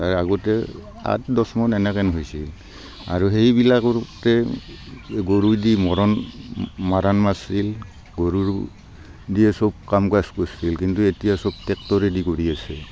তাৰ আগতে আঠ দহ মোণ এনেহেন হৈছিল আৰু সেইবিলাকতে গৰু দি মৰণ মৰাণ মাৰিছিল গৰুৰ দিয়ে চব কাম কাজ কৰিছিল কিন্তু এতিয়া চব ট্ৰেক্টৰেদি কৰি আছে